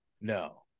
no